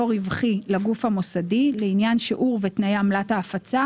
רווחי לגוף המוסדי לעניין שיעור ותנאי עמלת ההפצה,